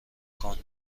تکان